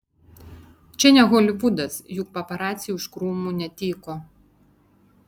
čia ne holivudas juk paparaciai už krūmų netyko